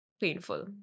painful